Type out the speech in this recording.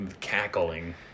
Cackling